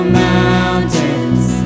mountains